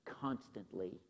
constantly